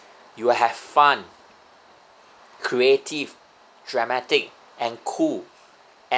you will have fun creative dramatic and cool